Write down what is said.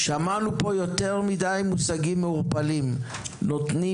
שמענו פה יותר מדי מושגים מעורפלים: "נותנים